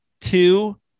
two